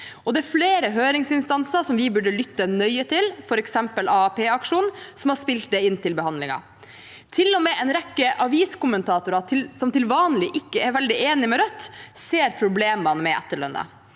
Det er flere høringsinstanser som vi burde lytte nøye til, f.eks. AAP-aksjonen, som har spilt det inn til behandlingen. Til og med en rekke aviskommentatorer som til vanlig ikke er veldig enig med Rødt, ser problemene med etterlønnen.